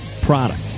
product